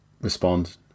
respond